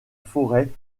forêt